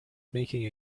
making